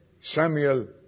Samuel